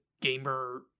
gamer